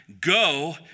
go